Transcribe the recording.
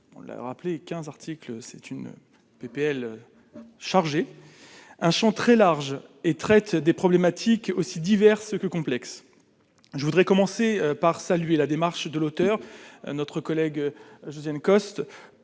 on le rappeler 15 articles c'est une PPL chargé. Un Champ très large et traite des problématiques aussi diverses que complexes, je voudrais commencer par saluer la démarche de l'auteur, notre collègue Josiane Costes